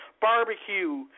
barbecue